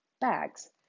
Bags